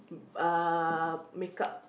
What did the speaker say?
uh makeup